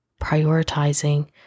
prioritizing